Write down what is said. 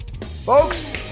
Folks